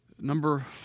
Number